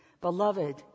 Beloved